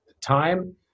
Time